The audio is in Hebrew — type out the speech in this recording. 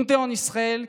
(אומר בצרפתית: